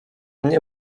nie